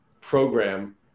program